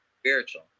spiritual